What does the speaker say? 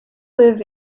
live